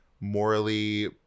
morally